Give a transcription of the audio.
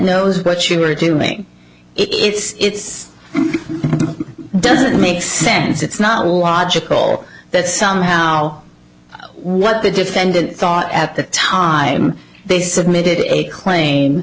knows what you are doing it's doesn't make sense it's not logical that somehow what the defendant thought at the time they submitted a cla